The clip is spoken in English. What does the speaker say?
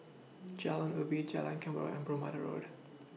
Jalan Ubi Jalan Kemboja and Bermuda Road